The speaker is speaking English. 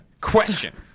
question